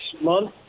month